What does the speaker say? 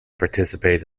participate